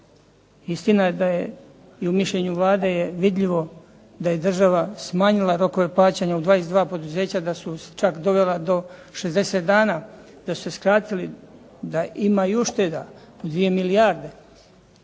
Istina je da je i u mišljenju Vlade je vidljivo da je država smanjila rokove plaćanja u 22 poduzeća, da su čak dovela do 60 dana da su se skratili, da ima i ušteda 2 milijarde.